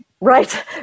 Right